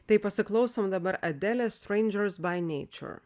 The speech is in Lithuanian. tai pasiklausom dabar adelės strangers by nature